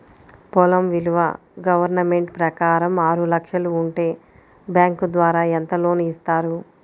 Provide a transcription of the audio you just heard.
పొలం విలువ గవర్నమెంట్ ప్రకారం ఆరు లక్షలు ఉంటే బ్యాంకు ద్వారా ఎంత లోన్ ఇస్తారు?